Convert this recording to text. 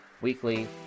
weekly